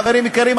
חברים יקרים,